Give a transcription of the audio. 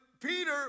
Peter